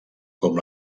com